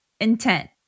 intent